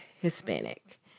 Hispanic